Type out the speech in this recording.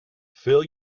fill